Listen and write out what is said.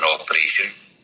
operation